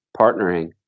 partnering